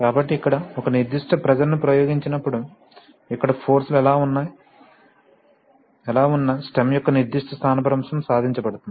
కాబట్టి ఇక్కడ ఒక నిర్దిష్ట ప్రెషర్ ని ప్రయోగించినప్పుడు ఇక్కడ ఫోర్స్ లు ఎలా ఉన్నా స్టెమ్ యొక్క నిర్దిష్ట స్థానభ్రంశం సాధించబడుతుంది